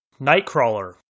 Nightcrawler